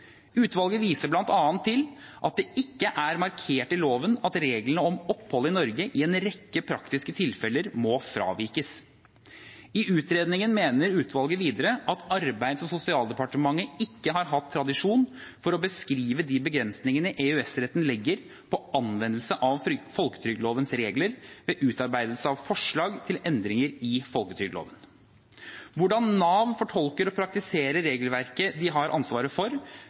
Utvalget viser bl.a. til at det ikke er markert i loven at reglene om opphold i Norge i en rekke praktiske tilfeller må fravikes. I utredningen mener utvalget videre at Arbeids- og sosialdepartementet ikke har hatt tradisjon for å beskrive de begrensningene EØS-retten legger på anvendelsen av folketrygdlovens regler ved utarbeidelse av forslag til endringer i folketrygdloven. Hvordan Nav fortolker og praktiserer regelverket de har ansvaret for,